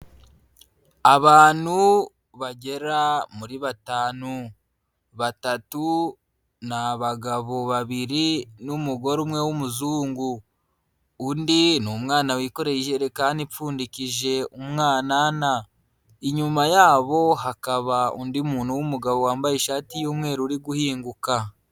Abantu bagera muri batanu, batatu ni abagabo babiri n'umugore umwe w'umuzungu, undi ni umwana wikoreye ijerekani ipfundikije umwanana, inyuma yabo hakaba undi muntu w'umugabo wambaye ishati y'umweru uri guhinguka.